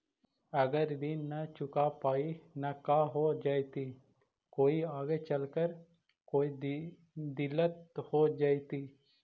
अगर ऋण न चुका पाई न का हो जयती, कोई आगे चलकर कोई दिलत हो जयती?